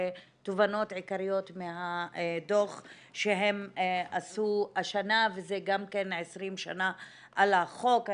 תובנות עיקריות מהדוח שהם עשו השנה וזה גם 20 שנה על החוק.